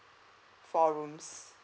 four rooms